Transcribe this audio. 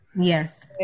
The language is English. yes